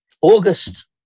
August